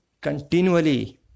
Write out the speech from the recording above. Continually